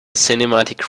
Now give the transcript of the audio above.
cinematic